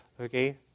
Okay